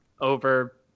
over